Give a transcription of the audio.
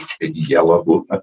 yellow